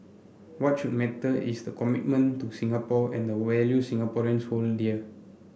what should matter is the commitment to Singapore and the values Singaporeans hold dear